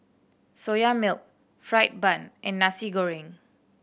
Soya Milk fried bun and Nasi Goreng